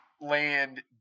land